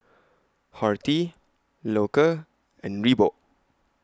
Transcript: Horti Loacker and Reebok